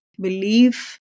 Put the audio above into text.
belief